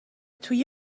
توی